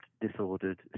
disordered